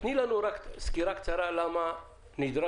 תני לנו סקירה קצרה, למה נדרשנו